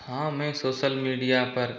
हाँ मैं social media पर